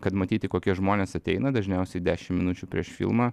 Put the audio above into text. kad matyti kokie žmonės ateina dažniausiai dešim minučių prieš filmą